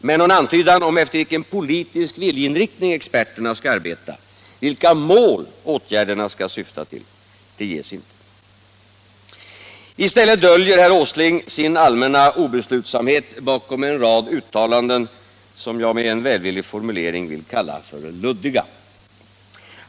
Men någon antydan om efter vilken politisk viljeinriktning experterna skall arbeta, vilka mål åtgärderna skall syfta till, ges inte. I stället döljer herr Åsling sin allmänna obeslutsamhet bakom en rad uttalanden, som jag med en välvillig formulering vill kalla luddiga.